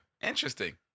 Interesting